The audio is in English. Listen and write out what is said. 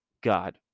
God